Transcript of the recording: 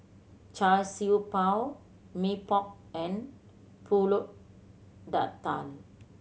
Char Siew Bao Mee Pok and Pulut Tatal